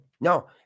No